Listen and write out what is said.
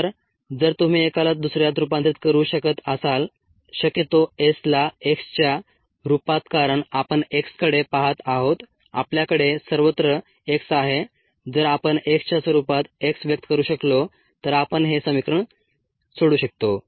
तर जर तुम्ही एकाला दुसऱ्यात रुपांतरीत करू शकत असाल शक्यतो s ला x च्या रूपात कारण आपण x कडे पाहत आहोत आपल्याकडे सर्वत्र x आहे जर आपण x च्या स्वरूपात s व्यक्त करू शकलो तर आपण हे समीकरण सोडवू शकतो